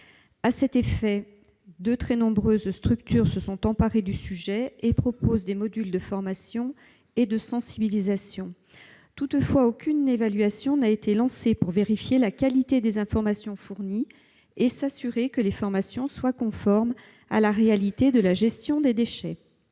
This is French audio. scolaire. De nombreuses structures se sont emparées du sujet et proposent des modules de formation et de sensibilisation. Toutefois, aucune évaluation n'a été lancée pour vérifier la qualité des informations fournies et pour s'assurer que ces formations sont conformes à la réalité de la gestion des déchets.